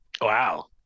wow